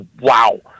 wow